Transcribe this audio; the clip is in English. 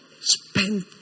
Spend